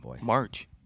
March